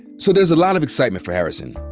so there's a lot of excitement for harrison.